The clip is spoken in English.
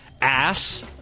ASS